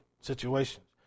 situations